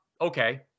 okay